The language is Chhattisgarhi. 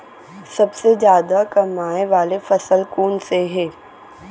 सबसे जादा कमाए वाले फसल कोन से हे?